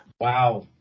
Wow